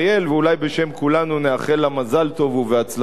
ואולי בשם כולנו נאחל לה מזל טוב והצלחה.